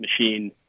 machine